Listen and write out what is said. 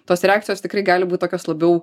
tos reakcijos tikrai gali būt tokios labiau